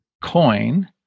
coin